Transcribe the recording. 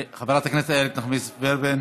חברת הכנסת איילת נחמיאס ורבין,